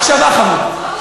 הקשבה, חמוד.